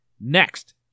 next